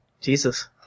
Jesus